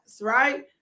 right